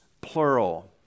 plural